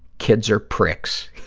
kids are pricks.